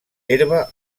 herba